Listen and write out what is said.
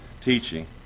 teaching